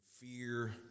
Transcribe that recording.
Fear